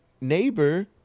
neighbor